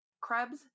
Krebs